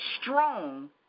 strong